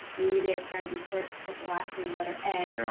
maybe they have friends who starts with the last name letter n,